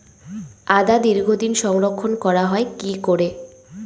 আদা দীর্ঘদিন সংরক্ষণ করা হয় কি করে?